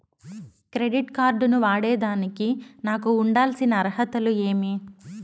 Credit card ను వాడేదానికి నాకు ఉండాల్సిన అర్హతలు ఏమి?